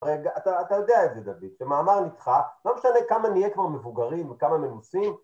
רגע, אתה יודע איזה דוד, זה שמאמר נדחה, לא משנה כמה נהיה כבר מבוגרים וכמה מנוסים.